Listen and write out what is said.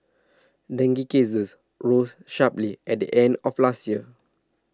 dengue cases rose sharply at the end of last year